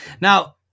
now